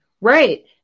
Right